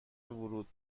ورود